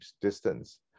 distance